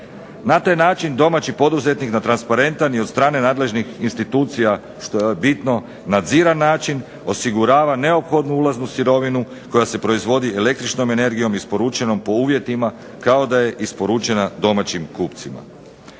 Na taj način domaći poduzetnik na transparentan i od strane nadležnih institucija što je bitno nadziran način osigurava neophodnu ulaznu sirovinu koja je proizvodi električnom energijom isporučenom po uvjetima kao da je isporučena domaćim kupcima.